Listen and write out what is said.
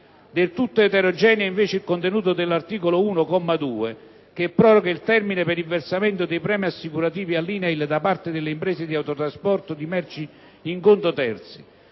Del tutto eterogeneo è invece il contenuto dell'articolo 1, comma 2, che proroga il termine per il versamento dei premi assicurativi all'INAIL da parte delle imprese di autotrasporto di merci in conto terzi.